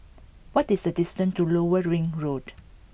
what is the distance to Lower Ring Road